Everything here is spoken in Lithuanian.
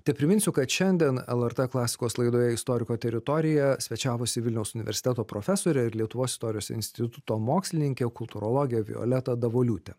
tai priminsiu kad šiandien lrt klasikos laidoje istoriko teritorija svečiavosi vilniaus universiteto profesorė ir lietuvos istorijos instituto mokslininkė kultūrologė violeta davoliūtė